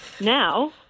now